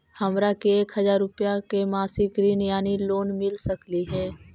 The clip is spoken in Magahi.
हमरा के एक हजार रुपया के मासिक ऋण यानी लोन मिल सकली हे?